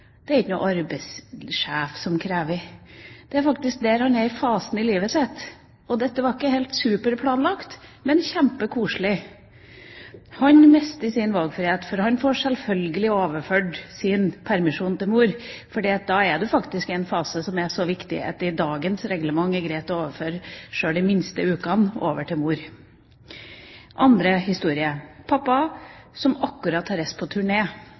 er det ikke noen arbeidssjef som krever. Han er bare i den fasen i livet sitt. Dette var ikke helt superplanlagt, men kjempekoselig. Han mistet sin valgfrihet, for han får selvfølgelig overført sin permisjon til mor. Da er du faktisk i en fase som er så viktig at det etter dagens reglement er greit å overføre selv de minste ukene til mor. Den andre historien er om en pappa som akkurat har reist på